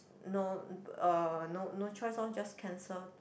no um no no choice lor just cancel